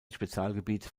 spezialgebiet